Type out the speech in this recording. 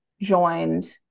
joined